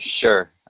Sure